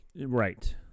Right